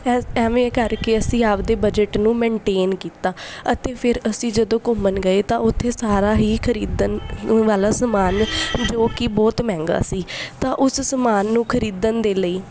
ਇਸ ਐਵੇਂ ਕਰਕੇ ਅਸੀਂ ਆਪਣੇ ਬਜਟ ਨੂੰ ਮੈਨਟੇਨ ਕੀਤਾ ਅਤੇ ਫਿਰ ਅਸੀਂ ਜਦੋਂ ਘੁੰਮਣ ਗਏ ਤਾਂ ਉੱਥੇ ਸਾਰਾ ਹੀ ਖਰੀਦਣ ਵਾਲਾ ਸਮਾਨ ਜੋ ਕਿ ਬਹੁਤ ਮਹਿੰਗਾ ਸੀ ਤਾਂ ਉਸ ਸਮਾਨ ਨੂੰ ਖਰੀਦਣ ਦੇ ਲਈ